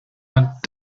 hat